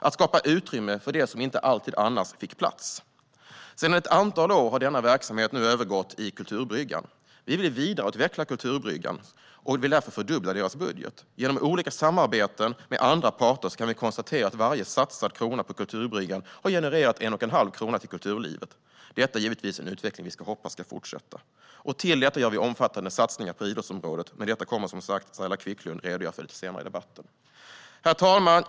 De skapade utrymme för det som inte alltid fick plats annars. Sedan ett antal år har denna verksamhet övergått i Kulturbryggan. Vi vill vidareutveckla Kulturbryggans verksamhet och vill därför fördubbla deras budget. Genom olika samarbeten med andra parter kan vi konstatera att varje satsad krona på Kulturbryggan har genererat en och en halv krona till kulturlivet. Detta är givetvis en utveckling vi hoppas ska fortsätta. Till detta gör vi omfattande satsningar på idrottsområdet. Men det kommer som sagt Saila Quicklund att redogöra för lite senare i debatten. Herr talman!